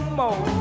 more